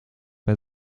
bei